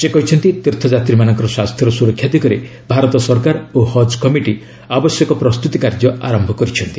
ସେ କହିଛନ୍ତି ତୀର୍ଥ ଯାତ୍ରୀମାନଙ୍କର ସ୍ୱାସ୍ଥ୍ୟର ସୁରକ୍ଷା ଦିଗରେ ଭାରତ ସରକାର ଓ ହକ୍ କମିଟି ଆବଶ୍ୟକ ପ୍ରସ୍ତୁତି କାର୍ଯ୍ୟ ଆରମ୍ଭ କରିଛନ୍ତି